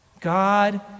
God